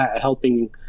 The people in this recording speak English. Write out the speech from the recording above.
helping